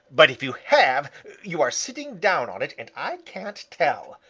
but if you have you are sitting down on it and i can't tell.